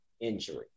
injury